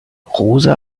rosa